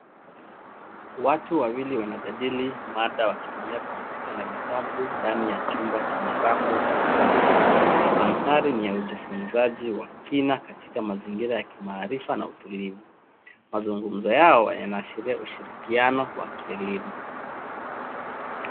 Watu wawili wanajadili mada wakitumia kompyuta na vitabu ndani ya chumba chenye rafu za vitabu. Mandhari ni ya ujifunzaji wa kina katika mazingira ya kimaarifa na utulivu. Mazungumzo yao yanaashiria ushirikiano wa kielimu.